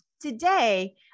Today